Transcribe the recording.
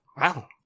Wow